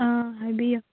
ꯑꯪ ꯍꯥꯏꯕꯤꯌꯣ